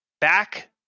back